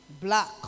black